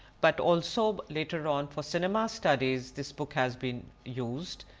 but also later on for cinema studies this book has been used,